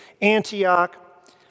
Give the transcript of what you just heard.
Antioch